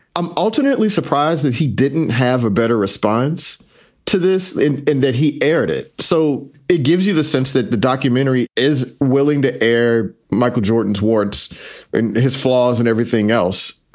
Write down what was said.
i'm alternately surprised that he didn't have a better response to this in in that he aired it. so it gives you the sense that the documentary is willing to air michael jordan towards his flaws and everything else.